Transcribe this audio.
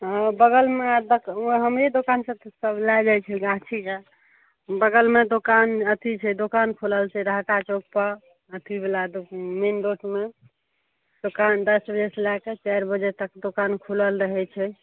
हँ बगलमे हमरे दोकान सब लए जाइ छै गाछ ही गाछ बगलमे दोकान अथी छै दोकान खोलल छै रहिका चौक पे अथी बला दोकान मेन रोडमे दोकान दस बजे से लए कऽ चारि बजे तक दोकान खुलल रहै छै